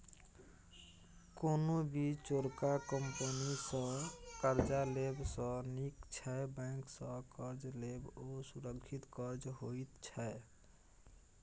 कोनो भी चोरका कंपनी सँ कर्जा लेब सँ नीक छै बैंक सँ कर्ज लेब, ओ सुरक्षित कर्ज होइत छै